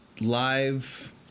live